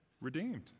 redeemed